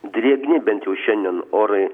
drėgni bent jau šiandien orai